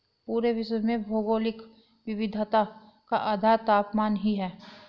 पूरे विश्व में भौगोलिक विविधता का आधार तापमान ही है